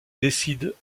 décide